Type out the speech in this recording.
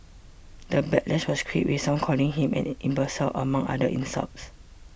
the backlash was quick with some calling him an imbecile among other insults